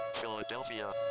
Philadelphia